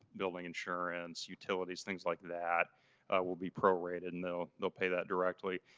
building insurance, utilities, things like that will be prorated and they will will pay that directly.